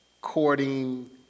courting